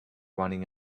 running